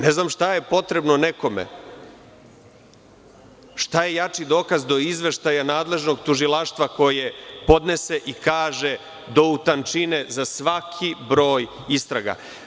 Ne znam šta je potrebno nekome, šta je jači dokaz do izveštaja nadležnog tužilaštva koje podnese i kaže do u tančine za svaki broj istraga.